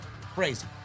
Crazy